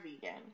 vegan